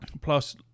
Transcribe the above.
Plus